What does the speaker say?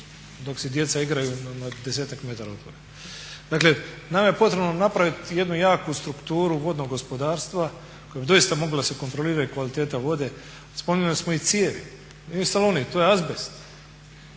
dok se djeca igraju na desetak metara od toga. Dakle, nama je potrebno napraviti jednu jaku strukturu vodnog gospodarstava koja bi doista mogla se kontrolira i kvaliteta vode. Spominjali smo i cijevi, to nije salonit, to je azbest,